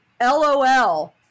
LOL